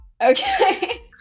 Okay